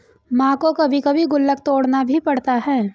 मां को कभी कभी गुल्लक तोड़ना भी पड़ता है